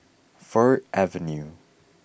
Fir Avenue